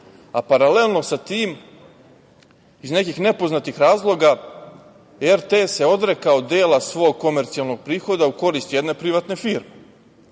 a paralelno sa tim iz nekih nepoznatih razloga RTS se odrekao dela svog komercijalnog prihoda u korist jedne privatne firme,